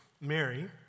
Mary